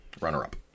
Runner-up